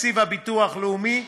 לתקציב הביטוח הלאומי,